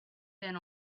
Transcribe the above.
been